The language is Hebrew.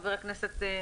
חבר הכנסת מרגי,